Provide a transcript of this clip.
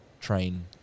train